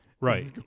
Right